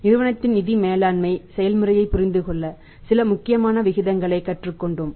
நிறுவனத்தின் நிதி மேலாண்மை செயல்முறையைப் புரிந்துகொள்ள சில முக்கியமான விகிதங்களைக் கற்றுக் கொண்டோம்